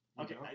Okay